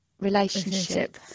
relationship